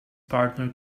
partner